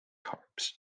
harps